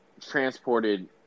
transported